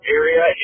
area